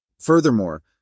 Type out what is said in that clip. Furthermore